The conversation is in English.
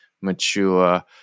mature